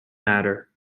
matter